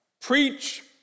Preach